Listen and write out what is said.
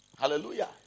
Hallelujah